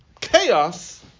chaos